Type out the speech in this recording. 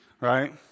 right